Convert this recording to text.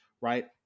right